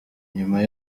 nyuma